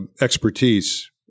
expertise